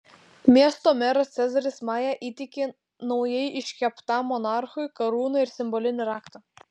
miesto meras cezaris maja įteikė naujai iškeptam monarchui karūną ir simbolinį raktą